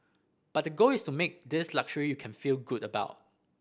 but the goal is to make this luxury you can feel good about